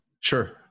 Sure